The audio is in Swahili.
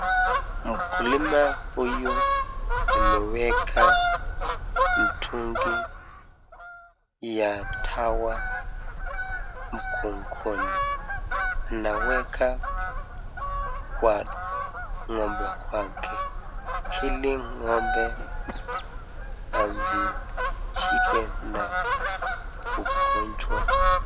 Mkulima huyu ameweka mtungi ya dawa mgongoni. Anaweka kwa ng'ombe wake. Ili ng'ombe asishikwe na ugonjwa.